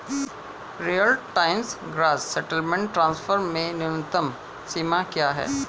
Real time gross settlement transfer में न्यूनतम सीमा क्या है?